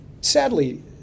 sadly